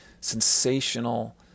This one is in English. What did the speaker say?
sensational